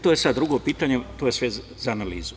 To je sada drugo pitanje, to je sve za analizu.